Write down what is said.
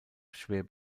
schwer